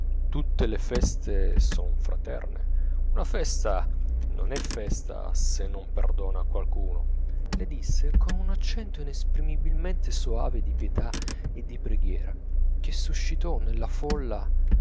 tutte le feste son fraterne una festa non è festa se non perdona a qualcuno le disse con un accento inesprimibilmente soave di pietà e di preghiera che suscitò nella folla